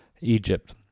Egypt